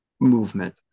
movement